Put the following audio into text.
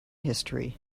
history